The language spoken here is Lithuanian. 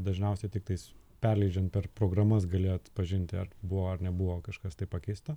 dažniausiai tiktais perleidžiant per programas gali atpažinti ar buvo ar nebuvo kažkas tai pakeista